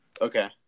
Okay